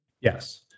Yes